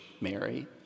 Mary